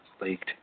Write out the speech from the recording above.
leaked